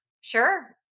Sure